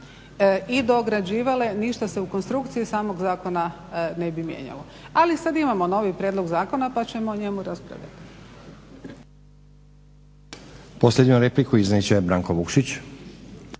i dograđivale ništa se u konstrukciji samog zakona ne bi mijenjalo. Ali sada imamo novi prijedlog zakona pa ćemo o njemu raspravljati.